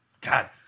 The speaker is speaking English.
God